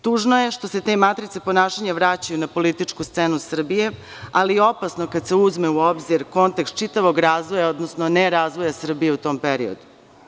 Tužno je što se te matrice ponašanja vraćaju na političku scenu Srbije, ali i opasno kada se uzme u obzir kontekst čitavog razvoja, odnosno nerazvoja Srbije u tom periodu.